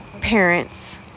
parents